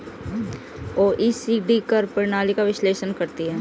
OECD कर प्रणाली का विश्लेषण करती हैं